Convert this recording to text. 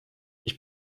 ich